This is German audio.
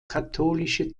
katholische